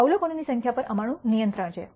અવલોકનોની સંખ્યા પર અમારું નિયંત્રણ છે